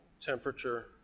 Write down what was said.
temperature